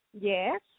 Yes